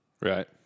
right